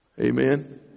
Amen